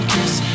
Cause